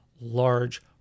large